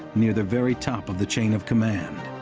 near the very top of the chain of command.